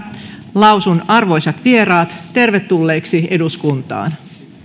lausun arvoisat vieraat tervetulleiksi eduskuntaan